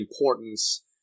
importance